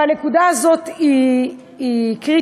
והנקודה הזאת היא קריטית,